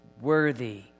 Worthy